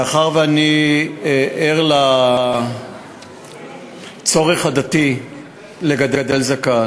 מאחר שאני ער לצורך הדתי לגדל זקן,